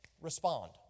respond